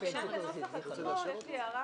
מבחינת הנוסח עצמו, יש לי הערה